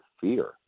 fear